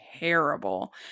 terrible